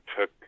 took